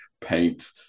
paint